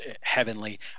heavenly